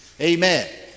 Amen